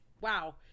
Wow